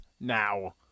now